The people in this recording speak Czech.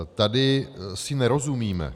Tady si nerozumíme.